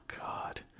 God